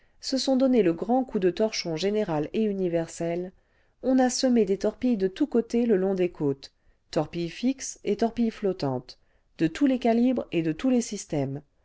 se sont donné le grand coup de torchon général et universel on a semé des torpilles detous côtés le long des côtes torpilles fixes et torpilles flottantes de tous les éalibres et cle tous les systèmes